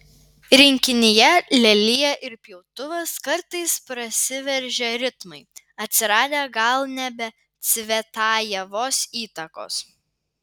rinkinyje lelija ir pjautuvas kartais prasiveržia ritmai atsiradę gal ne be cvetajevos įtakos